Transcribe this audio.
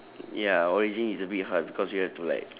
ya origin is a bit hard because you have to like